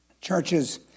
churches